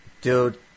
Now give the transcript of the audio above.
Dude